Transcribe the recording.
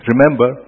Remember